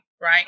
right